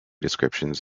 descriptions